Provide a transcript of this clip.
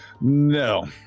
No